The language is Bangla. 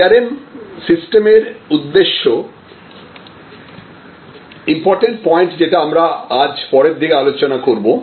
CRM সিস্টেমের উদ্দেশ্য ইম্পরট্যান্ট পয়েন্ট যেটা আমরা আজ পরের দিকে আলোচনা করবো